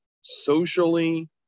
socially